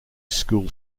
school